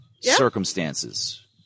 circumstances